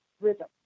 rhythm